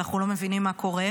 ואנחנו לא מבינים מה קורה.